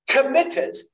committed